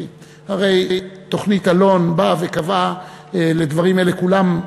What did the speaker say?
כי הרי תוכנית אלון באה וקבעה לדברים האלה כולם.